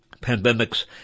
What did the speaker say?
Pandemic's